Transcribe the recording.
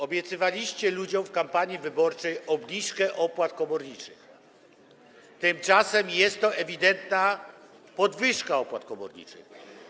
Obiecywaliście ludziom w kampanii wyborczej obniżkę opłat komorniczych, a tymczasem jest to ewidentna podwyżka opłat komorniczych.